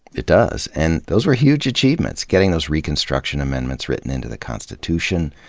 it does. and those were huge achievements, getting those reconstruction amendments written into the constitution.